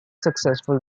successful